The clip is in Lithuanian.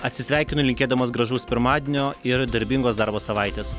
atsisveikinu linkėdamas gražaus pirmadienio ir darbingos darbo savaitės